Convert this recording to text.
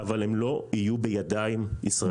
אבל הם לא יהיו בידיים ישראליות.